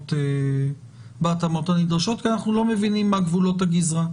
"בהתאמות הנדרשות" כי אנחנו לא מבינים מה גבולות הגזרה.